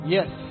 Yes